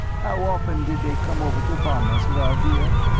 how often did they come over to bomb us, val, dear?